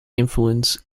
influence